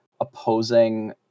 opposing